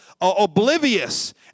oblivious